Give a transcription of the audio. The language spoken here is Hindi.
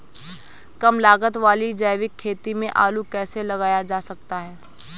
कम लागत वाली जैविक खेती में आलू कैसे लगाया जा सकता है?